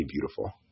beautiful